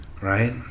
Right